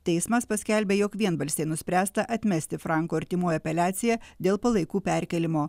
teismas paskelbė jog vienbalsiai nuspręsta atmesti franko artimųjų apeliaciją dėl palaikų perkėlimo